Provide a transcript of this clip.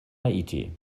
haiti